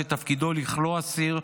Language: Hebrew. שתפקידו לכלוא אסיר,